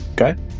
Okay